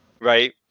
right